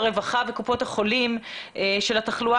הרווחה וקופות החולים של התחלואה